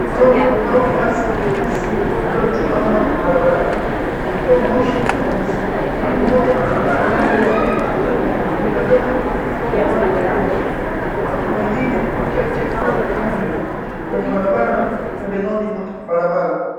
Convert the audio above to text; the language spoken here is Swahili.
Lori au basi jeusi lililo tuama barabarani likitoa moshi mweusi. Mtu mmoja amesimama mbele ya picha akimtazama huku amevaa kofia nyeupe. Watu wengine wachache wanaonekana nyuma kwenye barabara na pembezoni mwa barabara.